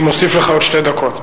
אני מוסיף לך עוד שתי דקות.